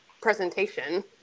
presentation